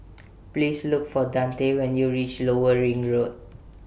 Please Look For Dante when YOU REACH Lower Ring Road